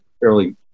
fairly